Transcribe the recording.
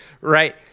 right